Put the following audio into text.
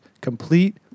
complete